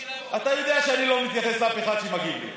אתה יודע שאני לא מתייחס לאף אחד שמגיב לי.